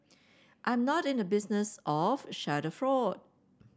I'm not in the business of schadenfreude